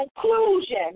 conclusion